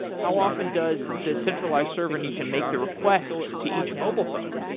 how often does the centralized server need to make the requests to each mobile phone?